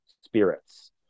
spirits